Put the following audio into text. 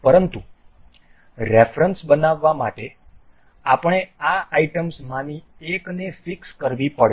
પરંતુ રેફરન્સ બનાવવા માટે આપણને આ આઇટમ્સમાંની એકને ફિક્સ કરવી પડશે